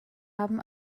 haben